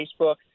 Facebook